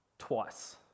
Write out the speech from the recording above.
Twice